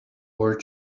worth